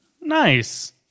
Nice